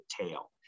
tail